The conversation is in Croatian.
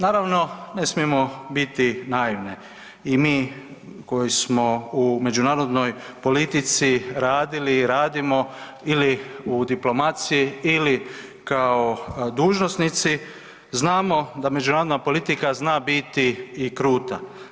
Naravno, ne smijemo biti naivne i mi koji smo u međunarodnoj politici radili i radimo, ili u diplomaciji ili kao dužnosnici, znamo da međunarodna politika zna biti i kruta.